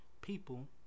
people